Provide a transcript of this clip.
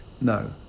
No